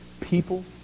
people